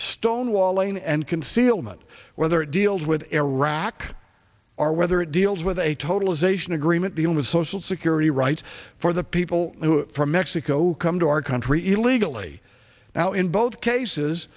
stonewalling and concealment whether it deals with iraq or whether it deals with a totalization agreement deal with social security right for the people who from mexico come to our country illegally now in both cases